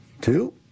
Two